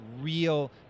real